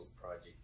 project